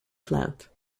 plant